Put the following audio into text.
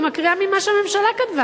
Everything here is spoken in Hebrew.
אני מקריאה ממה שהממשלה כתבה